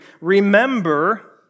Remember